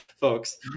folks